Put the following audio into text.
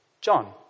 John